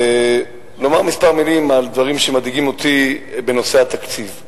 לומר כמה מלים על דברים שמדאיגים אותי בנושא התקציב.